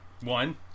One